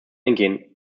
eingehen